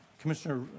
Commissioner